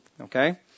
Okay